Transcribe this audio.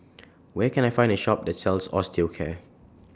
Where Can I Find A Shop that sells Osteocare